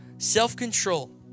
self-control